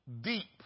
deep